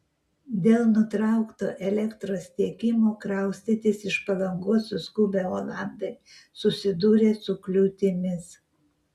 dėl nutraukto elektros tiekimo kraustytis iš palangos suskubę olandai susidūrė su kliūtimis